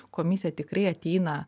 komisija tikrai ateina